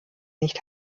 nicht